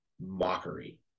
mockery